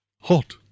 hot